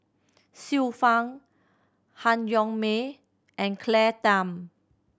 Xiu Fang Han Yong May and Claire Tham